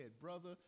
brother